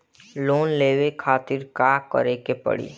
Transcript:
Loan लेवे खातिर का करे के पड़ी?